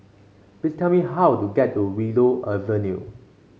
please tell me how to get to Willow Avenue